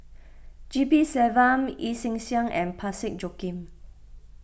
G P Selvam Yee Chia Hsing and Parsick Joaquim